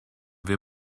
wir